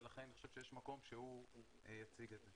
אז לכן אני חושב שיש מקום שהוא יציג את זה.